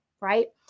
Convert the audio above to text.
right